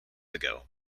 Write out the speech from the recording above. ago